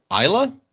Isla